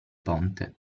ponte